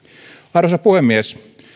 arvoisa puhemies